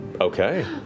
Okay